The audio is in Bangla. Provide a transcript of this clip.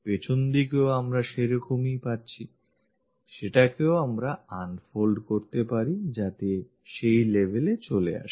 পেছনদিকেও আমরা সেরকমই পাচ্ছি সেটাকেও আমরা একইরকম unfold করতে পারি যাতে তা সেই level এ চলে আসে